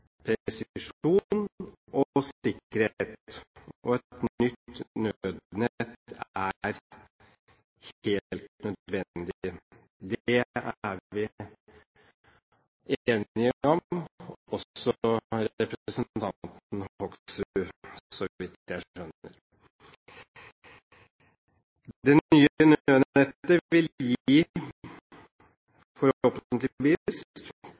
og sikkerhet, og et nytt nødnett er helt nødvendig. Det er vi enige om, også representanten Hoksrud er enig i det, så vidt jeg skjønner. Det nye nødnettet vil